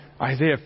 Isaiah